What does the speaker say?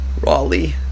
Raleigh